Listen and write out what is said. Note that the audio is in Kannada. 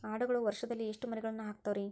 ಆಡುಗಳು ವರುಷದಲ್ಲಿ ಎಷ್ಟು ಮರಿಗಳನ್ನು ಹಾಕ್ತಾವ ರೇ?